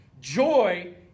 Joy